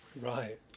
Right